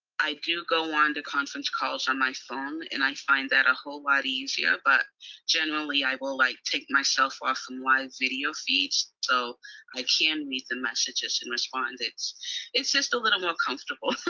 i do go on to conference calls on my phone, and i find that a whole lot easier. but generally i will like take myself off from live video feeds, so i can read the messages and respond. it's it's just a little well comfortable.